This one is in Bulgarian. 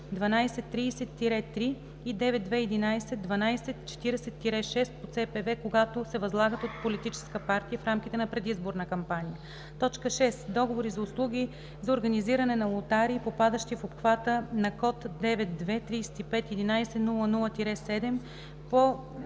92111230-3 и 92111240-6 по CPV, когато се възлагат от политическа партия в рамките на предизборна кампания. 6. Договори за услуги за организиране на лотарии, попадащи в обхвата на код 92351100-7 по